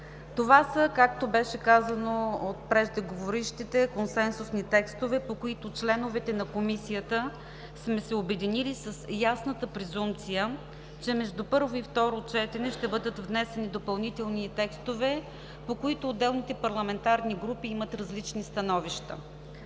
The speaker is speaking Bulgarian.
Това са, както беше казано от преждеговорившите, консенсусни текстове, по които членовете на Комисията сме се обединили с ясната презумпция, че между първо и второ четене ще бъдат внесени допълнителни текстове, по които отделните парламентарни групи имат различни становища.